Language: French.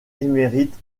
émérite